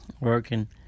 Working